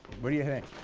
what do you think?